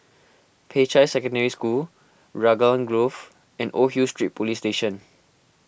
Peicai Secondary School Raglan Grove and Old Hill Street Police Station